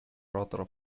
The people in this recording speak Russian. оратора